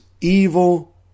evil